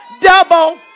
double